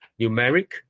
numeric